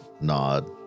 nod